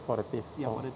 for the taste or